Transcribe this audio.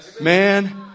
Man